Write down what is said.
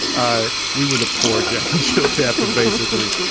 ah we were the poor jack and jill chapping, basically